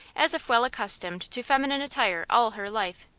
as if well accustomed to feminine attire all her life.